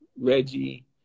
Reggie